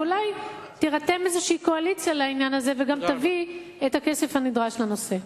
ואולי תירתם איזו קואליציה לעניין הזה וגם תביא את הכסף הנדרש לנושא.